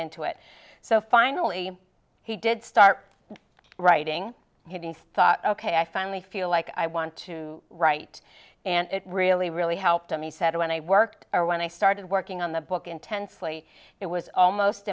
into it so finally he did start writing getting thought ok i finally feel like i want to write and it really really helped him he said when i worked or when i started working on the book intensely it was almost